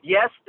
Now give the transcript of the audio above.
Yes